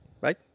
right